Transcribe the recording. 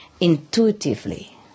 intuitively